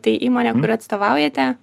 tai įmonė kuri atstovaujate